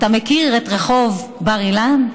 אתה מכיר את רחוב בר אילן?